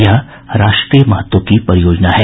यह राष्ट्रीय महत्व की परियोजना है